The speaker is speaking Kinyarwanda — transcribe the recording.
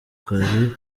kazi